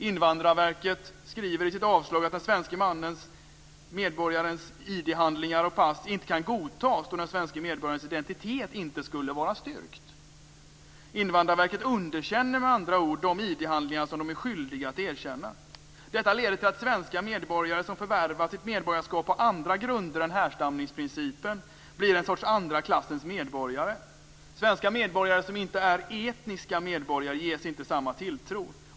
Invandrarverket skriver i sitt avslag att den svenske medborgarens ID-handlingar och pass inte kan godtas då den svenske medborgarens identitet inte skulle vara styrkt. Invandrarverket underkänner med andra ord de ID-handlingar de är skyldiga att erkänna. Detta leder till att svenska medborgare som förvärvat sitt medborgarskap på andra grunder än härstamningsprincipen blir en sorts andra klassens medborgare. Svenska medborgare som inte är etniska medborgare ges inte samma tilltro.